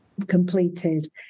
Completed